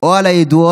או על הידועות.